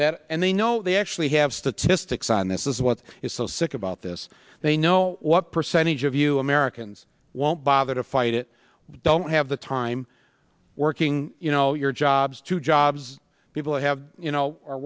that and they the know we have statistics on this is what is so sick about this they know what percentage of you americans won't bother to fight it don't have the time working you know your jobs to jobs people have you know are